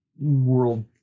world